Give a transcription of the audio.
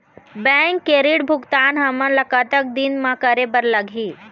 Bank के ऋण भुगतान हमन ला कतक दिन म करे बर लगही?